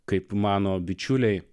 kaip mano bičiuliai